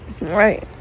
right